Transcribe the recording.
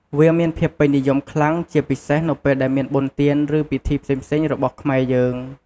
វាមានភាពពេញនិយមខ្លាំងជាពិសេសនៅពេលដែលមានបុណ្យទាន ឬពីធីផ្សេងៗរបស់ខ្មែរយើង។